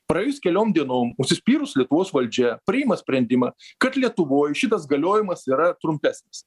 praėjus keliom dienom užsispyrus lietuvos valdžia priima sprendimą kad lietuvoj šitas galiojimas yra trumpesnis